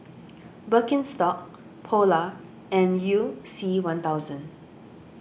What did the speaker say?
Birkenstock Polar and You C one thousand